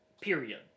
Period